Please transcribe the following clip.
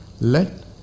Let